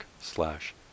slash